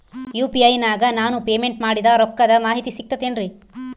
UPI ನಾಗ ನಾನು payment ಮಾಡಿದ ರೊಕ್ಕದ ಮಾಹಿತಿ ಸಿಕ್ತದೆ ಏನ್ರಿ?